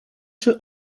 czy